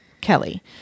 Kelly